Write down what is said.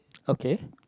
okay